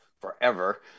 forever